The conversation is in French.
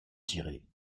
tirer